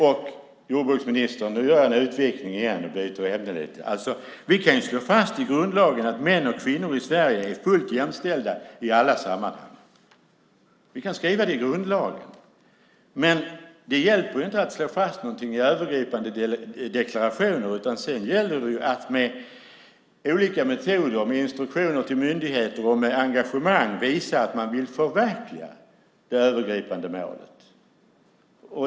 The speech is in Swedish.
Nu gör jag en utvikning igen, jordbruksministern, och byter ämne lite. Vi kan slå fast i grundlagen att män och kvinnor är fullt jämställda i alla sammanhang. Vi kan skriva det i grundlagen. Men det hjälper inte att slå fast någonting i övergripande deklarationer. Det gäller att med olika metoder, instruktioner till myndigheter och engagemang visa att man vill förverkliga det övergripande målet.